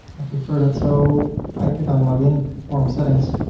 i prefer that. so i click on login form settings,